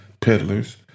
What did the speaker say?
peddlers